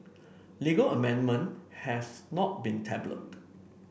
legal amendment has not been tabled